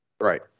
Right